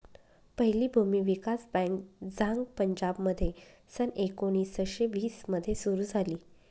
पहिली भूमी विकास बँक झांग पंजाबमध्ये सन एकोणीसशे वीस मध्ये सुरू झाली